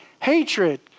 hatred